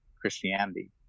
Christianity